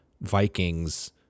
Vikings